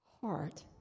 heart